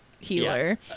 Healer